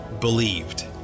believed